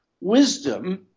wisdom